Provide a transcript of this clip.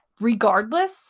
regardless